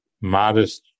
modest